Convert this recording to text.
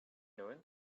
noon